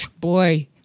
boy